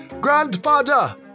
Grandfather